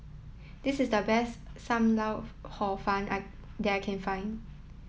this is the best Sam Lau Hor Fun I that I can find